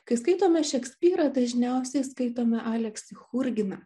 kai skaitome šekspyrą dažniausiai skaitome aleksį churginą